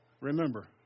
Remember